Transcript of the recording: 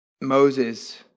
Moses